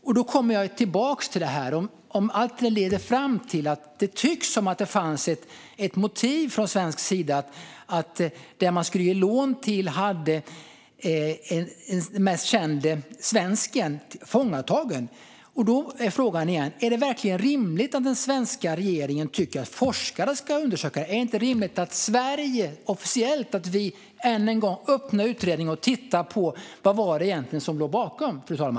Jag återkommer till att om allt leder fram till att det verkar ha funnits ett motiv från svensk sida rörande att dem man skulle ge lån till hade den mest kände svensken tillfångatagen, är det då verkligen rimligt att den svenska regeringen tycker att forskare ska undersöka detta? Är det inte rimligt att Sverige officiellt öppnar utredningen igen och undersöker vad som egentligen låg bakom?